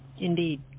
Indeed